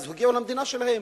אז הגיעו למדינה שלהם.